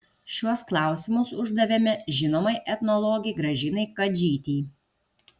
šiuos klausimus uždavėme žinomai etnologei gražinai kadžytei